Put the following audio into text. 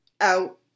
out